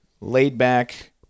laid-back